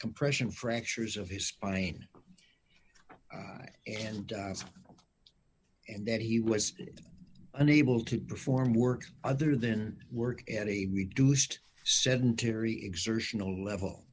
compression fractures of his spine and and that he was unable to perform work other than work at a reduced sedentary exertional level